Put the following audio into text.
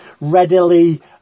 readily